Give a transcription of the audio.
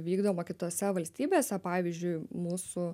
vykdoma kitose valstybėse pavyzdžiui mūsų